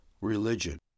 religion